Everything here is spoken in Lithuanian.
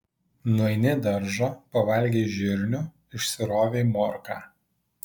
nueini į daržą pavalgei žirnių išsirovei morką